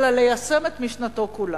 אלא ליישם את משנתו כולה.